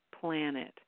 planet